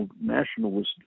nationalist